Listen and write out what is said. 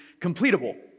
completable